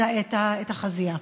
את החזייה.